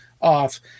off